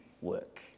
work